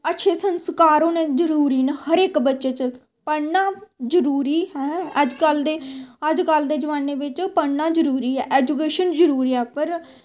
अच्छे संस्कार होने जरूरी न हर इक बच्चे च पढ़ना जरूरी ऐ अजकल्ल ते अजकल्ल दे जमाने बिच्च पढ़ना जरूरी ऐ ऐजुकेशन जरूरी ऐ पर